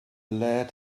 lead